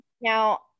Now